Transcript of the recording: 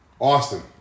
Austin